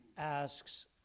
asks